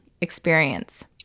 experience